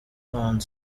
hanze